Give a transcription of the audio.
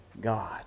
God